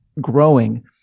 growing